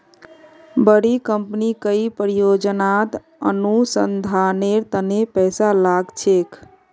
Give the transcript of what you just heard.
बड़ी कंपनी कई परियोजनात अनुसंधानेर तने पैसा लाग छेक